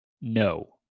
No